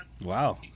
Wow